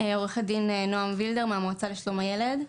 אני מהמועצה לשלום הילד.